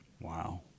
Wow